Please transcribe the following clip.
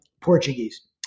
Portuguese